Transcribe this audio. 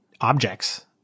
objects